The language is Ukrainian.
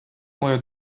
мою